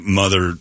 mother